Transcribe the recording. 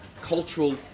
cultural